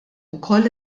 wkoll